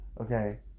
okay